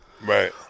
Right